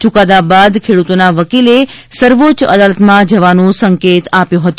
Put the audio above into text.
ચુકાદા બાદ ખેડૂતોના વકીલે સર્વોચ્ચ અદાલતમાં જવાનો સંકેત આપ્યો હતો